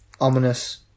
ominous